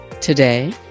Today